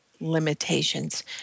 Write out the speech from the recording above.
limitations